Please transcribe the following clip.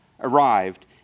arrived